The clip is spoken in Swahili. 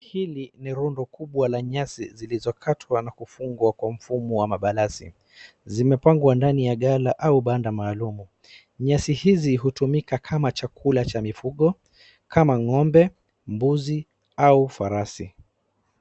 Hili ni rundo kubwa za nyasi zilizokatwa na kufungwa kwa mfumo wa mabalasi, zimepangwa ndani ya gala au banda maalumu. Nyasi hizi hutumika kama chakula cha mifugo kama ng'ombe, mbuzi au farasi.